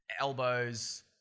elbows